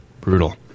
Brutal